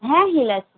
হ্যাঁ হিল আছে